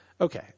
Okay